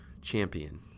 champion